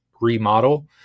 remodel